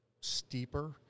steeper